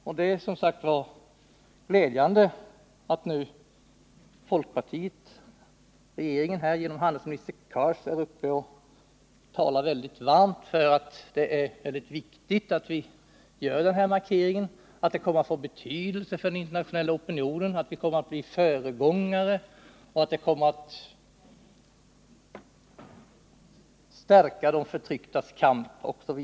Och det är, som sagt, glädjande att folkpartiregeringen genom handelsminister Cars talar väldigt varmt för lagförslaget och menar att det är mycket viktigt att vi gör denna markering, att den kommer att få betydelse för den internationella opinionen, att vi kommer att bli föregångare och att denna åtgärd kommer att stärka de förtrycktas kamp.